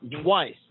twice